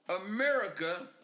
America